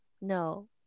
No